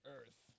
Earth